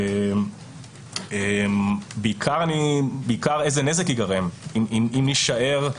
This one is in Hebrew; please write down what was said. בעיקר איזה נזק ייגרם אם יישאר,